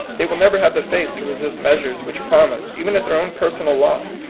they will never have the face to resist measures which promise, even at their own personal loss,